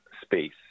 space